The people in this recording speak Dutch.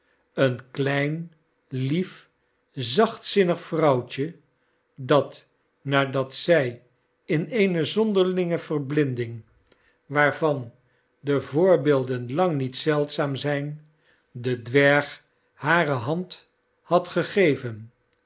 een klein lief zachtzinnig vrouwtje dat nadat zij in eene zonderlinge verblinding waarvan de voorbeelden lang niet zeldzaam zijn den dwerg hare hand had gegeven